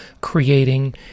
creating